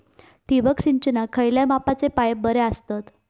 ठिबक सिंचनाक खयल्या मापाचे पाईप बरे असतत?